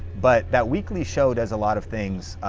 but that weekly show does a lot of things.